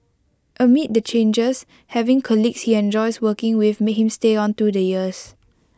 amid the changes having colleagues he enjoys working with made him stay on through the years